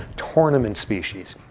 tournament species,